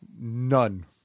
none